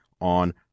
on